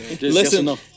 Listen